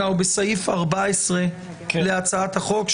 אנחנו בסעיף 14 להצעת החוק,